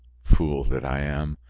fool that i am!